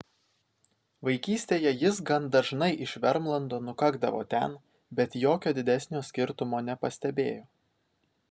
vaikystėje jis gan dažnai iš vermlando nukakdavo ten bet jokio didesnio skirtumo nepastebėjo